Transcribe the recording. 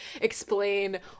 explain